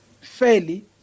Fairly